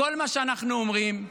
כל מה שאנחנו אומרים,